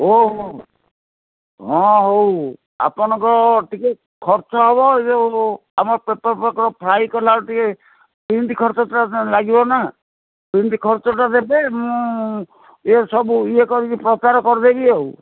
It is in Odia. ଓହୋ ହଁ ହଉ ଆପଣଙ୍କ ଟିକେ ଖର୍ଚ୍ଚ ହବ ଏ ଯେଉଁ ଆପଣ ପେପର ପେପର ଫ୍ରାଇ କଲାବେଳେ ଟିକେ ପ୍ରିଣ୍ଟ ଖର୍ଚ୍ଚଟା ଲାଗିବ ନା ପ୍ରିଣ୍ଟ ଖର୍ଚ୍ଚଟା ଦେବେ ମୁଁ ଇଏ ସବୁ ଇଏ କରିକି ପ୍ରଚାର କରିଦେବି ଆଉ